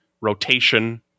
rotation